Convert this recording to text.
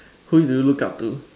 who do you look up to